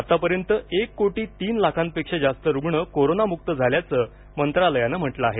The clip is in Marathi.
आत्तापर्यंत एक कोटी तीन लाखांपेक्षा जास्त रुग्ण कोरोनामुक झाल्याचं मंत्रालयानं म्हटलं आहे